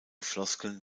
floskeln